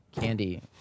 Candy